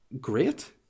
great